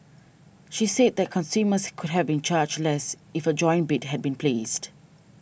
she said that consumers could have been charged less if a joint bid had been placed